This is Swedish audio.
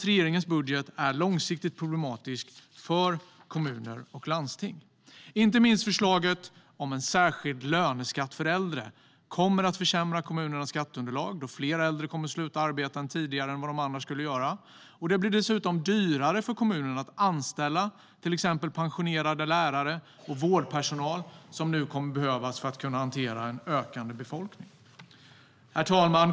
Regeringens budget är långsiktigt problematisk för kommuner och landsting. Inte minst förslaget om en särskild löneskatt för äldre kommer att försämra kommunernas skatteunderlag då fler äldre kommer att sluta arbeta tidigare än vad de annars skulle göra. Det blir dessutom dyrare för kommunerna att anställa till exempel de pensionerade lärare och den pensionerade vårdpersonal som behövs för att hantera den ökande befolkningen. Herr talman!